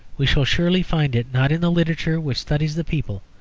we shall surely find it, not in the literature which studies the people,